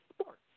sports